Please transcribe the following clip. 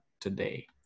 today